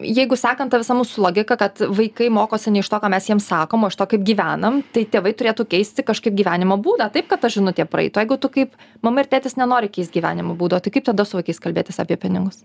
jeigu sekant ta visą mūsų logiką kad vaikai mokosi ne iš to ką mes jiems sakom iš to kaip gyvenam tai tėvai turėtų keisti kažkaip gyvenimo būdą taip kad ta žinutė praeitų o jeigu tu kaip mama ir tėtis nenori keist gyvenimo būdo tai kaip tada su vaikais kalbėtis apie pinigus